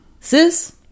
sis